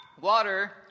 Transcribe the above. water